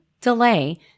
delay